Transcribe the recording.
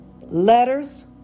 letters